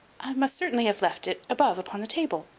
i must certainly have left it above upon the table,